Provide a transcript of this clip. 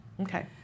Okay